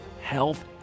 health